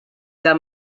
dan